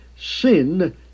sin